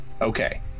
Okay